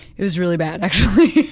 it was really bad actually.